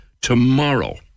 tomorrow